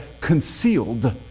concealed